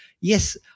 yes